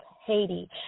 Haiti